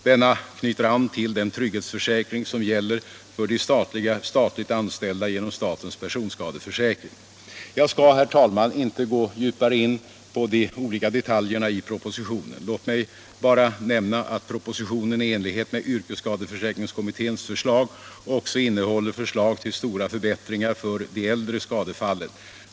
Denna knyter an till den trygghetsförsäkring som gäller för de statligt anställda genom statens personskadeförsäkring. Jag skall, herr talman, inte gå djupare in på de olika detaljerna i propositionen. Låt mig bara nämna att propositionen i enlighet med yrkesskadeförsäkringskommitténs förslag också innehåller förslag till stora förbättringar för de äldre skadefallen.